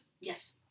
Yes